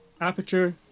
Aperture